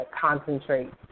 concentrate